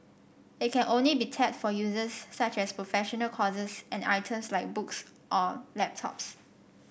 it can only be tapped for uses such as professional courses and items like books or laptops